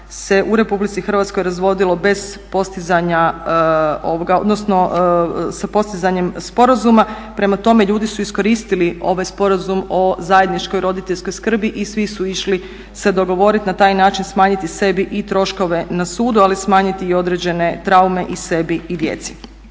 parova se u RH razvodilo sa postizanjem sporazuma, prema tome ljudi su iskoristili ovaj sporazum o zajedničkoj roditeljskoj skrbi i svi su išli se dogovoriti i na taj način smanjiti sebi i troškove na sudu, ali smanjiti i određene traume i sebi i djeci.